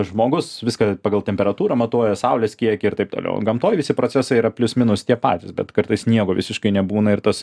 žmogus viską pagal temperatūrą matuoja saulės kiekį ir taip toliau gamtoj visi procesai yra plius minus tie patys bet kartais sniego visiškai nebūna ir tas